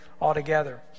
altogether